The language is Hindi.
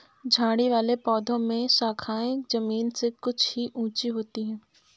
झाड़ी वाले पौधों में शाखाएँ जमीन से कुछ ही ऊँची होती है